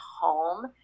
home